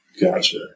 Gotcha